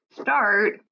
start